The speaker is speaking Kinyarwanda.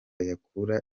yakura